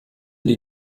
die